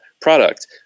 product